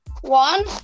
One